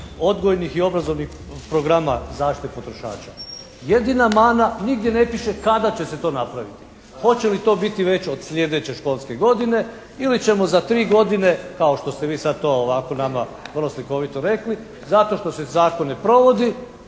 odgojnih i obrazovnih programa zaštite potrošača. Jedina mana nigdje ne piše kada će se to napraviti, hoće li to biti već od slijedeće školske godine ili ćemo za tri godine kao što ste vi sad to ovako nama vrlo slikovito rekli zato što se zakon ne provodi